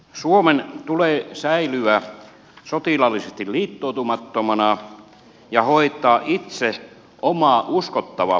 suomen tulee säilyä sotilaallisesti liittoutumattomana ja hoitaa itse oma uskottava puolustuksensa